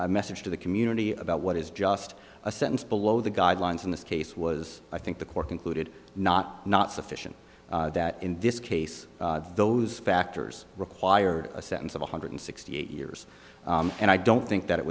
a message to the community about what is just a sentence below the guidelines in this case was i think the court concluded not not sufficient that in this case those factors required a sentence of one hundred sixty eight years and i don't think that it